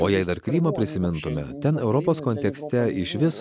o jei dar krymą prisimintume ten europos kontekste išvis